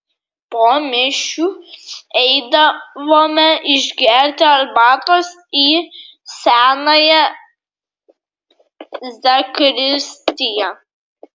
po mišių eidavome išgerti arbatos į senąją zakristiją